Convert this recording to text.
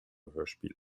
hörspiele